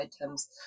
items